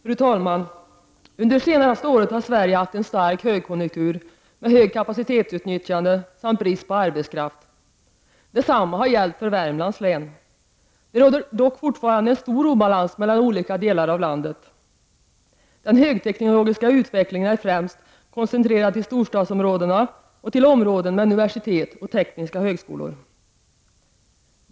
Fru talman! Under det senaste året har Sverige haft en stark högkonjunktur med högt kapacitetsutnyttjande samt brist på arbetskraft. Det har gällt även för Värmlands län. Det råder dock fortfarande en stor obalans mellan olika delar av landet. Den högteknologiska utvecklingen är främst koncentrerad till storstadsområdena och till områden med universitet och tekniska högskolor.